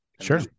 Sure